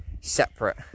separate